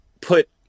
put